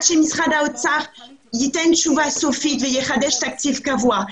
שמשרד האוצר ייתן תשובה סופית ויחדש תקציב קבוע,